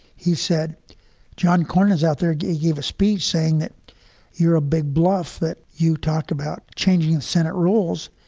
he said john cornyn is out there. he gave a speech saying that you're a big bluff, that you talked about changing the senate rules.